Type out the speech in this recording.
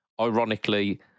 Ironically